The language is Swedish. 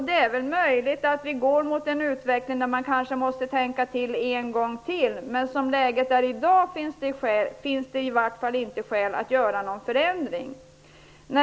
Det är möjligt att vi går mot en utveckling där man kanske måste tänka till ännu en gång. Men som läget är i dag finns det i alla fall inte skäl att göra någon förändring.